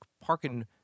parking